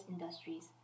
industries